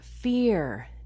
fear